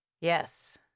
Yes